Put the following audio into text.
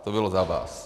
To bylo za vás.